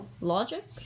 logic